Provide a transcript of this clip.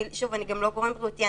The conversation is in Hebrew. אני גם לא גורם בריאותי,